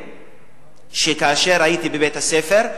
כאשר הייתי בבית-הספר,